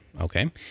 Okay